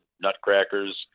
nutcrackers